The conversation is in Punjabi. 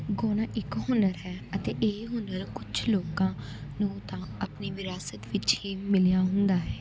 ਗਾਉਣਾ ਇੱਕ ਹੁਨਰ ਹੈ ਅਤੇ ਇਹ ਹੁਨਰ ਕੁਝ ਲੋਕਾਂ ਨੂੰ ਤਾਂ ਆਪਣੀ ਵਿਰਾਸਤ ਵਿੱਚ ਹੀ ਮਿਲਿਆ ਹੁੰਦਾ ਹੈ